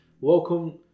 Welcome